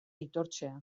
aitortzea